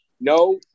no